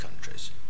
countries